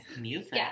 Music